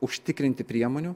užtikrinti priemonių